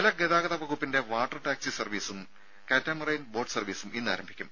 രുര ജല ഗതാഗത വകുപ്പിന്റെ വാട്ടർ ടാക്സി സർവ്വീസും കാറ്റാമറൈൻ ബോട്ട് സർവ്വീസും ഇന്നാരംഭിക്കും